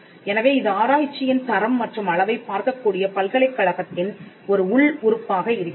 எனவே இது ஆராய்ச்சியின் தரம் மற்றும் அளவைப் பார்க்கக்கூடிய பல்கலைக்கழகத்தின் ஒரு உள்உறுப்பாக இருக்கிறது